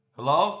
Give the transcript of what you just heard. Hello